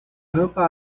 rampa